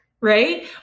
right